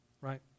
right